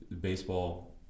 baseball